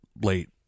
late